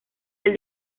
del